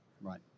Right